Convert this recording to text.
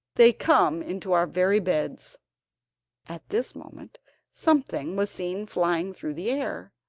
they come into our very beds at this moment something was seen flying through the air.